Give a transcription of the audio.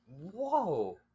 Whoa